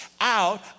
out